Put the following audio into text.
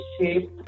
shape